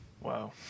Wow